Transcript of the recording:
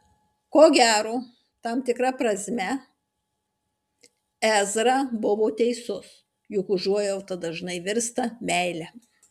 ko gero tam tikra prasme ezra buvo teisus juk užuojauta dažnai virsta meile